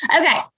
Okay